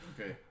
Okay